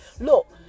look